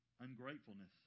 ungratefulness